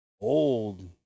Old